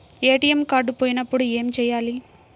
ATM card పోయినప్పుడు ఏమి చేయాలి?